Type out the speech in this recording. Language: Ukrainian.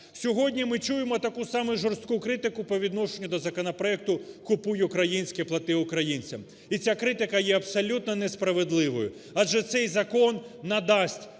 Сьогодні ми чуємо таку саме жорстку критику по відношенню до законопроекту "Купуй українське, плати українцям". І ця критика є абсолютно несправедливою, адже цей закон надасть